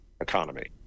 economy